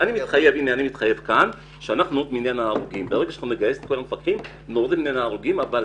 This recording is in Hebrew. אני מתחייב כאן שברגע שנגייס את כל המפקחים אז נוריד את